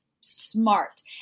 smart